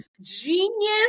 genius